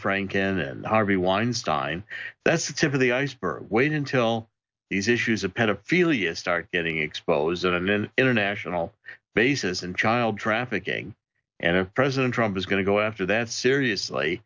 franken and harvey weinstein that's the tip of the iceberg wait until these issues of pedophilia start getting exposed on an international basis and child trafficking and president trump is going to go after that seriously